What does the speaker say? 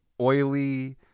oily